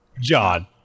John